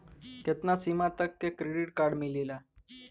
कितना सीमा तक के क्रेडिट कार्ड मिलेला?